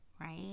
Right